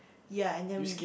ya and then we